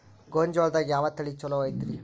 ಗೊಂಜಾಳದಾಗ ಯಾವ ತಳಿ ಛಲೋ ಐತ್ರಿ?